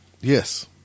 Yes